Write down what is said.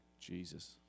Jesus